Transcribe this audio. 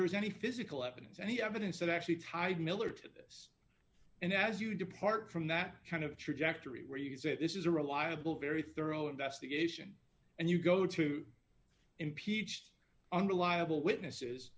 there was any physical evidence any evidence that actually tied miller to this and as you depart from that kind of trajectory where you can say this is a reliable very thorough investigation and you go to impeach unreliable witnesses